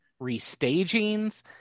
restagings